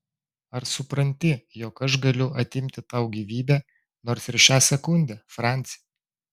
ar supranti jog aš galiu atimti tau gyvybę nors ir šią sekundę franci